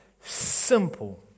simple